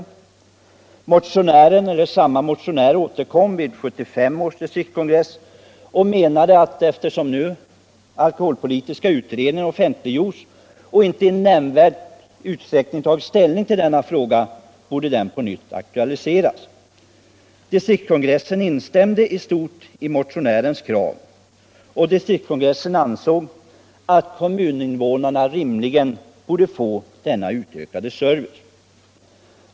Samme motionär återkom vid 1975 års distriktskongress och menade att eftersom alkoholpolitiska utredningens utlåtande offentliggjorts och inte i nämnvärd utsträckning tagit ställning till denna fråga borde frågan på nytt aktualiseras. Distriktskongressen instämde i stort i motionärens krav. Distrikskongressen ansåg att kommuninvånarna rimligen borde få denna utökade service.